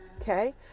Okay